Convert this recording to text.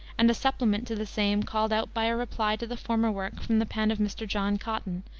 and a supplement to the same called out by a reply to the former work from the pen of mr. john cotton,